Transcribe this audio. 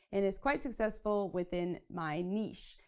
and is quite successful within my niche.